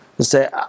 Say